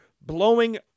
blowing